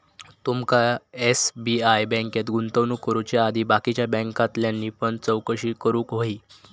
तुमका एस.बी.आय बँकेत गुंतवणूक करुच्या आधी बाकीच्या बॅन्कांतल्यानी पण चौकशी करूक व्हयी